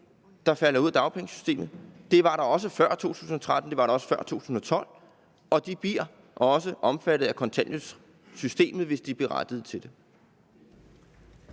der falder ud af dagpengesystemet. Det var der også før 2013, det var der også før 2012. De bliver også omfattet af kontanthjælpssystemet, hvis de er berettiget til det.